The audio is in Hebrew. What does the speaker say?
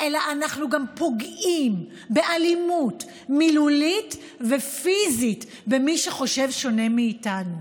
אלא אנחנו גם פוגעים באלימות מילולית ופיזית במי שחושב שונה מאיתנו.